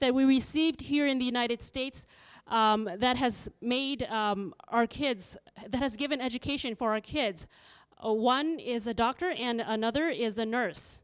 that we received here in the united states that has made our kids that has given education for our kids a one is a doctor and another is a nurse